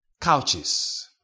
couches